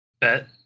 Bet